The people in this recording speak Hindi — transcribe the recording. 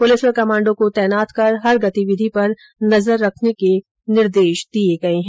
पुलिस और कमाण्डो को तैनात कर हर गतिविधि पर नजर रखने के निर्देश दिए गए हैं